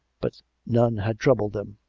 but none had troubled them.